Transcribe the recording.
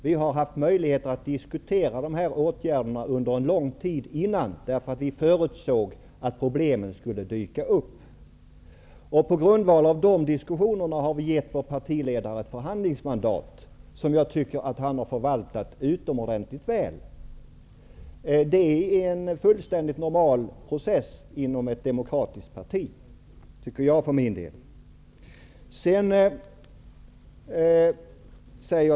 Vi har haft möjligheter att diskutera dessa åtgärder under en lång tid innan, eftersom vi förutsåg att problemen skulle dyka upp. På grundval av dessa diskussioner har vi gett vår partiledare förhandlingsmandat, vilket jag tycker att han har förvaltat utomordentligt väl. Detta är en fullständigt normal process inom ett demokratiskt parti, anser jag för min del.